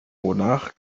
monarch